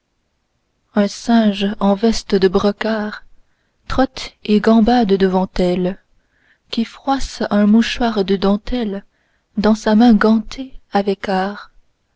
un singe en veste de brocart trotte et gambade devant elle qui froisse un mouchoir de dentelle dans sa main gantée avec art